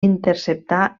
interceptar